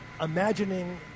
imagining